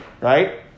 right